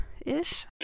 ish